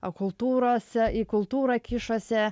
kultūrose į kultūrą kišasi